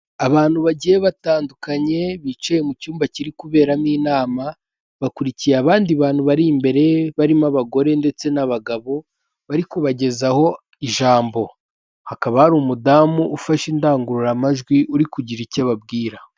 Abantu bagiye batandukanye bicaye mu cyumba kiri kuberamo inama, bakurikiye abandi bantu bari imbere barimo abagore ndetse n'abagabo bari kubagezaho ijambo. Hakaba hari umudamu ufashe indangururamajwi uri kugira icyo ababwira.